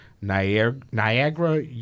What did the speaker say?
Niagara